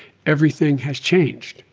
everything has changed.